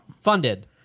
Funded